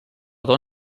dona